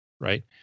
Right